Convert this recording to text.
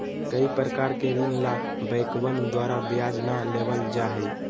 कई प्रकार के ऋण ला बैंकवन द्वारा ब्याज ना लेबल जाहई